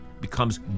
becomes